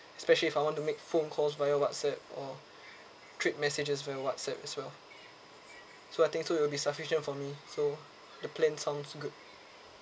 especially if I want to make phone calls via WhatsApp or trade messages on WhatsApp as well so I think so it will be sufficient for me so the plan sounds good